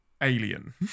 alien